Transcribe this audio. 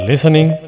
Listening